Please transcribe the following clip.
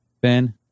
Ben